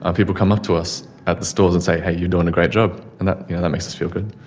um people come up to us at the stalls and say hey, you're doing a great job and that that makes us feel good.